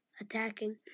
attacking